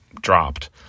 dropped